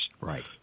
Right